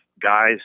guys